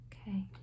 Okay